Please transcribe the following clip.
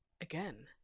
again